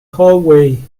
hallway